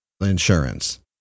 Insurance